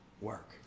work